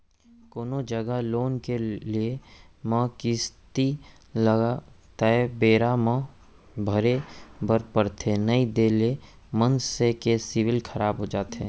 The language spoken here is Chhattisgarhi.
कोनो जघा लोन के लेए म किस्ती ल तय बेरा म भरे बर परथे नइ देय ले मनसे के सिविल खराब हो जाथे